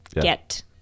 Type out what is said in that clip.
get